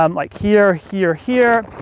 um like here, here, here.